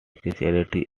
charity